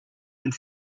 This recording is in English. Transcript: had